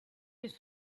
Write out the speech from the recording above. his